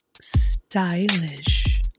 Stylish